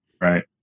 right